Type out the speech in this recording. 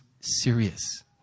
serious